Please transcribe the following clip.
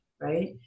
right